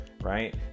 right